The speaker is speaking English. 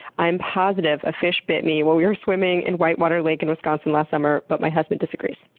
i'm positive a fish bit me while we were swimming in white water lake in wisconsin last summer but my husband disagrees.